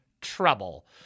trouble